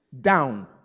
down